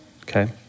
okay